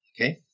okay